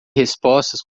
respostas